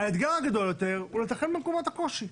האתגר הגדול יותר הוא לתכנן במקומות הקושי.